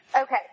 Okay